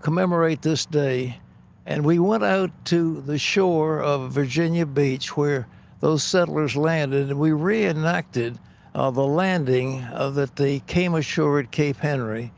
commemorate this day and we went out to the shore of virginia beach where those settlers landed. and we reenacted of a landing that they came ashore at cape henry.